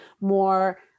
more